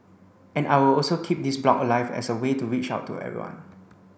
and I will also keep this blog alive as a way to reach out to everyone